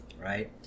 right